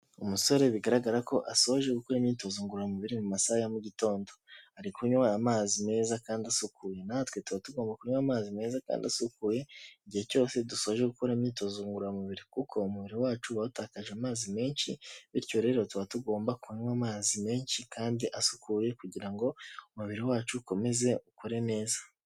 Umusore bigaragara ko asoje gukora imyitozo ngororamubiri mu masaha ya gitondo; ari kunywa amazi meza kandi asukuye; natwe tuba tugomba kunywa amazi meza kandi asukuye igihe cyose dusoje gukora imyitozo ngororamubiri kuko umubiri wacu uba watakaje amazi menshi bityo rero tuba tugomba kunywa amazi menshi kandi asukuye kugira ngo umubiri wacu ukomeze ukore neza.